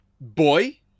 boy